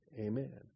amen